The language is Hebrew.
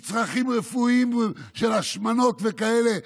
מצרכים רפואיים של השמנות וכאלה,